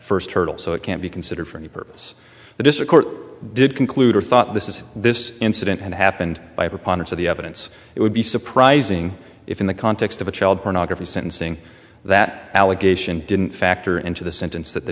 first hurdle so it can't be considered for any purpose that is a court did conclude or thought this is this incident had happened by a preponderance of the evidence it would be surprising if in the context of a child pornography sentencing that allegation didn't factor into the sentence that the